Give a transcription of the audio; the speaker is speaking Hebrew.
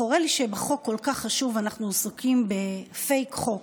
חורה לי שבחוק כל כך חשוב אנחנו עסוקים בפייק חוק.